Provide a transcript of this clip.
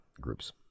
groups